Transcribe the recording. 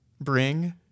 bring